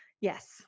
Yes